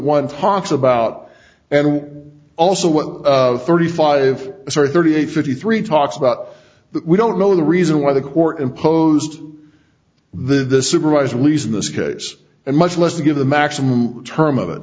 one talks about and also what thirty five sorry thirty eight fifty three talks about that we don't know the reason why the court imposed the supervised release in this case and much less to give the maximum term of it